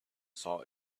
saw